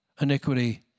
iniquity